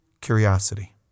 curiosity